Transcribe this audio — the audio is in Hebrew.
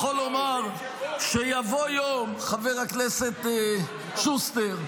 חבר הכנסת שוסטר,